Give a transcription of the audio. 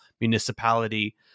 municipality